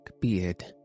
beard